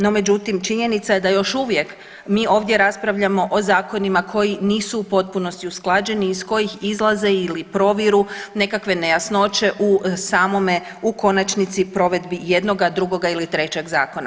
No međutim, činjenica je da još uvijek mi ovdje raspravljamo o zakonima koji nisu u potpunosti usklađeni i iz kojih izlaze ili proviru nekakve nejasnoće u samome u konačnici provedbi jednoga, drugog ili trećeg zakona.